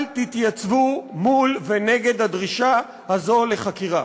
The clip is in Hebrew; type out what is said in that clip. אל תתייצבו מול ונגד הדרישה הזאת לחקירה.